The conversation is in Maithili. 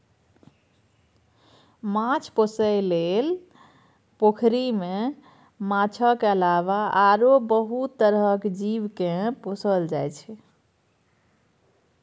माछ पोसइ लेल पोखरि मे माछक अलावा आरो बहुत तरहक जीव केँ पोसल जाइ छै